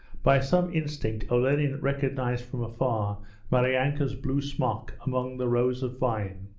by some instinct olenin recognized from afar maryanka's blue smock among the rows of vine,